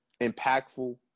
impactful